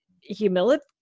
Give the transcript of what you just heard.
humility